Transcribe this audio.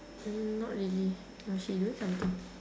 mm not really no she doing something